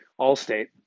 Allstate